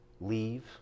leave